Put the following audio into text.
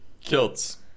Kilts